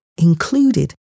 included